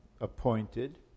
appointed